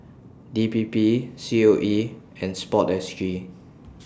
D P P C O E and Sport S G